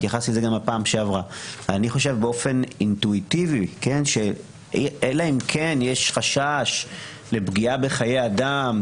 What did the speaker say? אני חושב באופן אינטואיטיבי שאלא אם כן יש חשש לפגיעה בחיי אדם,